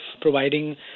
providing